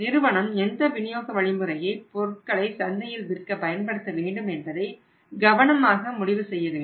நிறுவனம் எந்த விநியோக வழிமுறையை பொருட்களை சந்தையில் விற்க பயன்படுத்த வேண்டும் என்பதை கவனமாக முடிவு செய்ய வேண்டும்